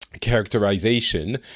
characterization